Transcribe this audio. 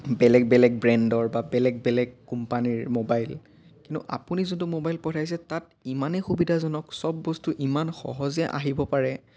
বেলেগ বেলেগ ব্ৰেণ্ডৰ বা বেলেগে বেলেগে কোম্পানীৰ মোবাইল কিন্তু আপুনি যোনটো মোবাইল পঠাইছে তাত ইমানেই সুবিধাজনক চব বস্তু ইমান সহজে আহিব পাৰে